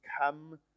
come